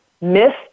Missed